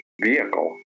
vehicle